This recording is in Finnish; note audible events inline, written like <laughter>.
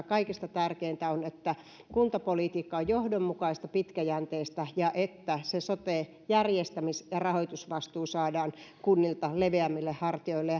<unintelligible> kaikista tärkeintä on että kuntapolitiikka on johdonmukaista pitkäjänteistä ja että se soten järjestämis ja rahoitusvastuu saadaan kunnilta leveämmille hartioille <unintelligible>